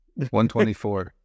124